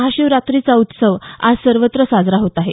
महाशिवरात्रीचा उत्सव आज सर्वत्र साजरा होत आहे